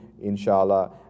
inshallah